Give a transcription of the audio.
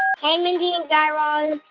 ah hi, and mindy and guy raz.